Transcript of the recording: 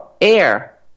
air